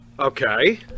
Okay